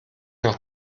nach